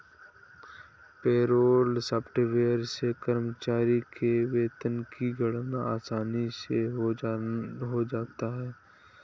payroll software से कर्मचारी के वेतन की गणना आसानी से हो जाता है